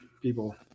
people